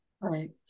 Right